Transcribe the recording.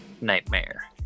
Nightmare